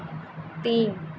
तीन